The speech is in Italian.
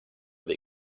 dei